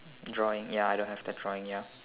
drawing ya I don't have the drawing ya